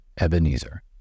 Ebenezer